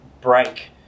break